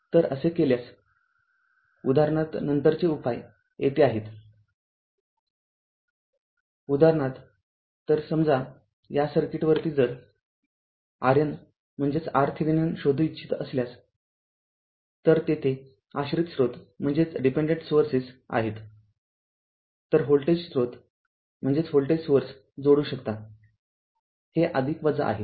तरअसे केल्यास उदाहरणार्थ नंतरचे उपाय येथे आहेत उदाहरणार्थतर समजा या सर्किटवरती जर RN म्हणजेच RThevenin शोधू इच्छित असल्यासतर तेथे आश्रित स्रोत आहेत तर व्होल्टेज स्रोत जोडू शकता हे आहे